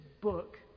book